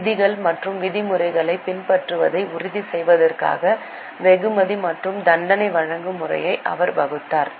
விதிகள் மற்றும் விதிமுறைகளை பின்பற்றுவதை உறுதி செய்வதற்காக வெகுமதி மற்றும் தண்டனை வழங்கும் முறையை அவர் வகுத்தார்